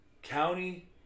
County